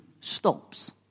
stops